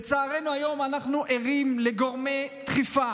לצערנו, היום אנחנו ערים לגורמי דחיפה